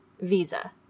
visa